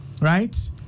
right